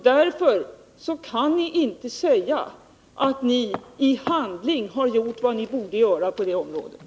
Därför kan ni inte säga att ni i handling har gjort vad ni borde göra på det området.